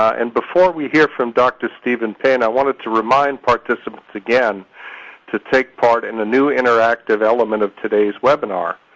and before we hear from dr. steven paine, i wanted to remind participants again to take part in the new interactive element of today's webinar.